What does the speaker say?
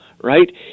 right